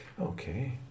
Okay